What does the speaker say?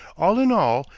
all in all,